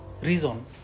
reason